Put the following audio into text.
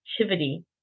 activity